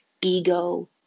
ego